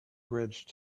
bridge